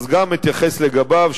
אתייחס גם אליו.